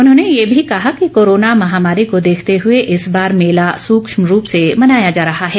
उन्होंने ये भी कहा कि कोरोना महामारी को देखते हुए इस बार मेला सूक्ष्म रूप से मनाया जा रहा है